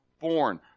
born